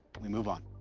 we move on.